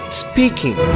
speaking